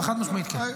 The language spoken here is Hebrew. אבל חד-משמעית כן.